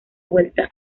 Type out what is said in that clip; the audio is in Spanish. vuelta